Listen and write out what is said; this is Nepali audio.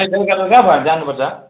अनि फोन गरेर पो जानुपर्छ